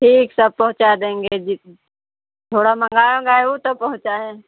ठीक सब पहुंचा देंगे दि थोड़ा मंगाएं उन्गायें ऊ तब पहुंचाएं